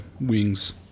wings